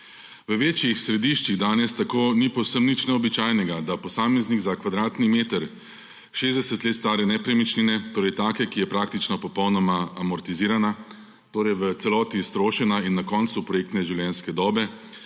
V večjih središčih danes tako ni povsem nič neobičajnega, da posameznik za kvadratni meter 60 let stare nepremičnine, torej takšne, ki je praktično popolnoma amortizirana, torej v celoti iztrošena in na koncu projektne življenjske dobe,